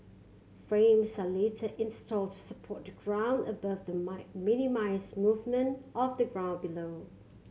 frames are later installed to support the ground above the my minimise movement of the ground below